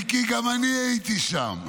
מיקי, גם אני הייתי שם.